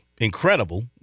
incredible